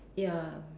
ya